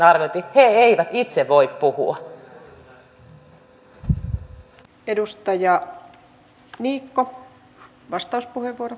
lapset eivät itse voi puhua